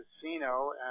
Casino